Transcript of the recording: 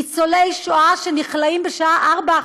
ניצולי שואה שנכלאים בשעה 16:00,